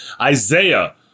Isaiah